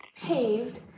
paved